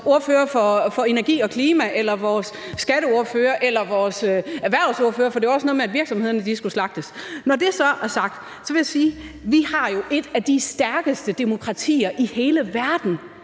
ordfører for energi og klima eller vores skatteordfører – eller vores erhvervsordfører, for det var også noget med, at virksomhederne skulle slagtes. Når det så er sagt, vil jeg sige, at vi jo har et af de stærkeste demokratier i hele verden.